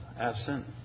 absent